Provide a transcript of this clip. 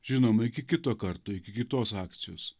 žinoma iki kito karto iki kitos akcijos